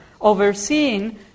overseeing